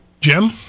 jim